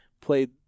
played